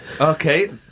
Okay